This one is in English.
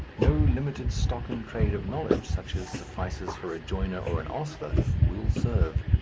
no limited stock-in-trade of knowledge, such as suffices for a joiner or an ostler, will serve.